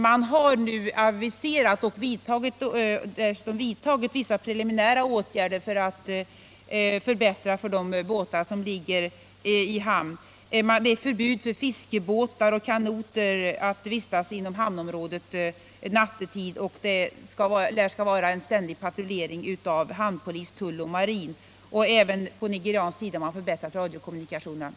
Man har nu vidtagit vissa preliminära åtgärder i syfte att förbättra förhållandena för de båtar som ligger i hamn. Det har införts förbud för fiskebåtar och kanoter att vistas inom hamnområdet nattetid, och det lär vara en ständig patrullering av hamnpolis, tull och marin. Även på den nigerianska sidan har man förbättrat radiokommunikationerna.